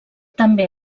també